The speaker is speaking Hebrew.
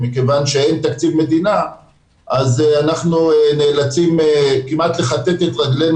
מכיוון שאין תקציב מדינה אז אנחנו נאלצים כמעט לכתת את רגלינו,